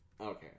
Okay